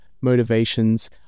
motivations